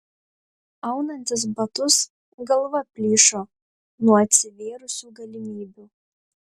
aunantis batus galva plyšo nuo atsivėrusių galimybių